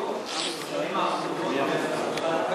השרה גרמן, זו לא המציאות.